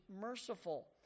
merciful